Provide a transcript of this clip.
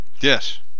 Yes